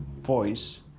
voice